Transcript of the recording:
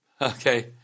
okay